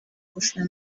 gusa